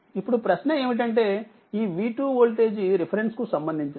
ఇప్పుడు ప్రశ్న ఏమిటంటేఈ V2 వోల్టేజ్ రిఫరెన్స్కు సంబంధించినది